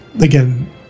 again